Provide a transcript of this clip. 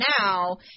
now